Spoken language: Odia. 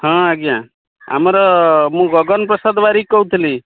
ହଁ ଆଜ୍ଞା ଆମର ମୁଁ ଗଗନ ପ୍ରସାଦ ବାରିକ କହୁଥିଲି